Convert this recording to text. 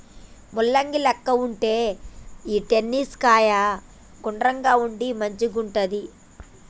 ముల్లంగి లెక్క వుండే ఈ టర్నిప్ కాయ గుండ్రంగా ఉండి మంచిగుంటది